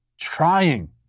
trying